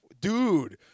dude